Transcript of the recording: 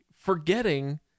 forgetting